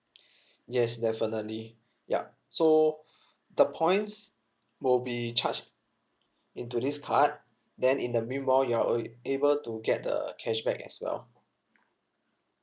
yes definitely ya so the points will be charged into this card then in the meanwhile you're able to get the cashback as well